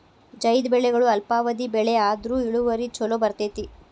ಝೈದ್ ಬೆಳೆಗಳು ಅಲ್ಪಾವಧಿ ಬೆಳೆ ಆದ್ರು ಇಳುವರಿ ಚುಲೋ ಬರ್ತೈತಿ